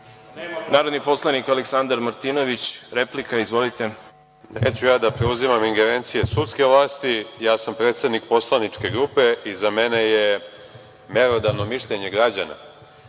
narodni poslanik Aleksandar Martinović, replika. Izvolite. **Aleksandar Martinović** Neću ja da preuzimam ingerencije sudske vlasti, ja sam predsednik poslaničke grupe i za mene je merodavno mišljenje građana.